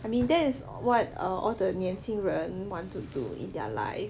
I mean that's what are all the 年轻人 want to do in their life